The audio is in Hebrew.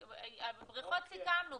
בריכות וים סיכמנו.